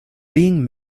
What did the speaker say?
being